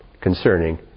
concerning